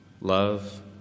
love